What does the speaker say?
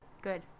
Good